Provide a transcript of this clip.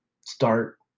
start